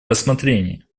рассмотрения